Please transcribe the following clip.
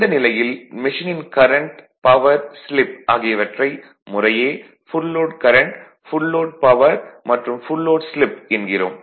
இந்த நிலையில் மெஷினின் கரண்ட் பவர் ஸ்லிப் ஆகியவற்றை முறையே full load current full load power மற்றும் ஃபுல் லோட் ஸ்லிப் என்கிறோம்